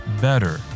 better